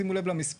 שימו לב למספר,